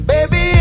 Baby